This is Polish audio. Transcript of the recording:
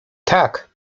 tak